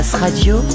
Radio